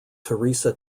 teresa